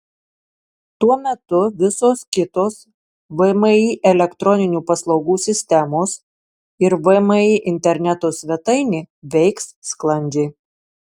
tuo metu visos kitos vmi elektroninių paslaugų sistemos ir vmi interneto svetainė veiks sklandžiai